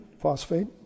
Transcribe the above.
phosphate